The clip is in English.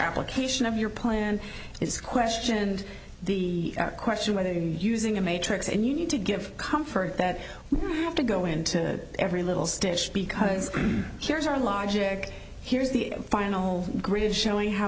application of your plan is question and the question whether you're using a matrix and you need to give comfort that we have to go into every little stitch because here's our logic here's the final grid showing how